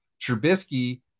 Trubisky